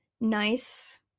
nice